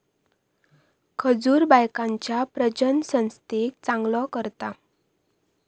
खजूर बायकांच्या प्रजननसंस्थेक चांगलो करता